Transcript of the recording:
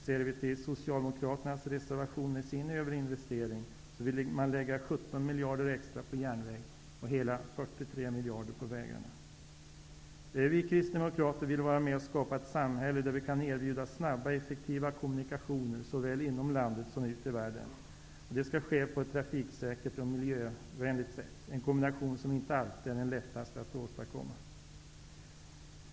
Ser vi till Socialdemokraternas reservation, vill man med sin ''överinvestering'' lägga 17 miljarder extra på järnväg och hela 43 miljarder på vägarna. Vi kristdemokrater vill vara med att skapa ett samhälle där vi kan erbjuda snabba och effektiva kommunikationer såväl inom landet som ut i världen, och det skall ske på ett trafiksäkert och miljövänligt sätt -- en kombination som inte alltid är den lättaste att åstadkomma.